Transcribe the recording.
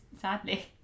sadly